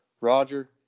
Roger